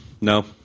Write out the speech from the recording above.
no